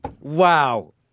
Wow